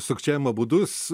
sukčiavimo būdus